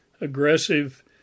aggressive